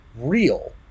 real